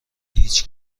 هیچ